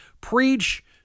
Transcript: preach